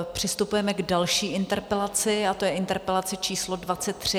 Přistupujeme k další interpelaci a to je interpelace číslo 23.